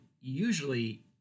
usually